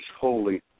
holy